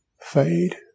fade